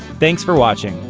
thanks for watching!